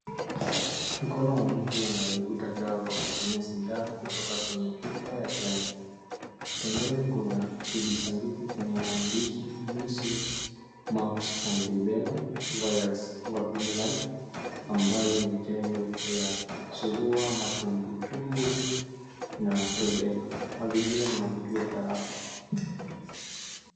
Mkono wa mtu anayevuta dawa kwa kutumia sindano kutoka kwenye chupa ya chanjo, pembeni kuna kijisanduku chenye maandishi "MEASLES, MUMPS AND RUBELLA VIRUS VACCINE LIVE " ambayo ni chanjo ya surua matumbwi tumbwi na rubella. Mazingira ni ya kituo cha afya.